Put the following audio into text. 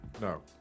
No